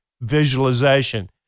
visualization